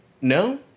No